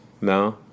No